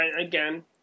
again